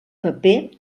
paper